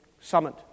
summit